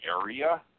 area